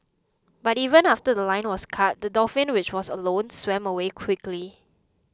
but even after The Line was cut the dolphin which was alone swam away slowly